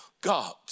God